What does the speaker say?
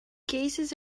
cases